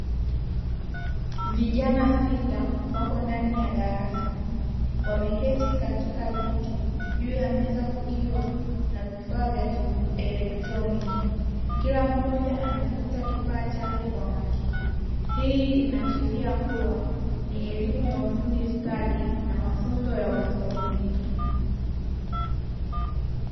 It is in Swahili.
Vijana sita wapo ndani ya darasa wameketi katika viti, juu ya meza kukiwa na vifaa vya kielektroniki. Kila mmoja anachunguza kifaa chake kwa makini. Hii inaashiria kuwa ni elimu ya ufundi stadi na mafunzo ya ufundi.